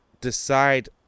decide